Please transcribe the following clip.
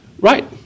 Right